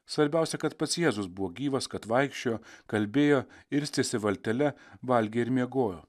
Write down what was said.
svarbiausia kad pats jėzus buvo gyvas kad vaikščiojo kalbėjo irstėsi valtele valgė ir miegojo